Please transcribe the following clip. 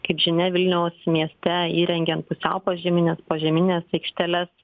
kaip žinia vilniaus mieste įrengiant pusiau požemines požemines aikšteles